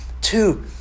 Two